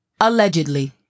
allegedly